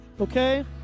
okay